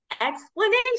explanation